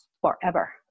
forever